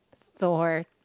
Thor